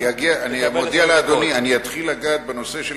אני מודיע לאדוני: אתחיל לגעת בנושא של